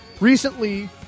recently